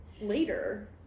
later